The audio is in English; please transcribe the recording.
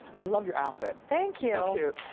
i love your outfit. thank you.